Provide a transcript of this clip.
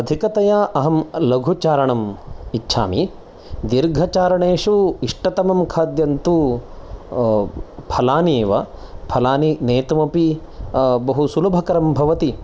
अधिकतया अहं लघुचारणम् इच्छामि दीर्घ चारणेषु इष्टतमं खाद्यं तु फलानि एव फलानि नेतुम् अपि बहु सुलभकरं भवति